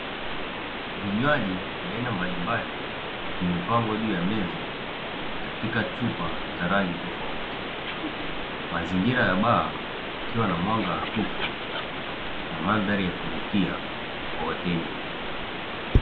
Vinywaji vya aina mbalimbali, vimepangwa juu ya meza katika chupa za rangi tofauti, mazingira ya baa kukiwa na mwanga hafifu na mandhari ya kuvutia kwa wateja.